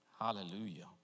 Hallelujah